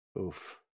Oof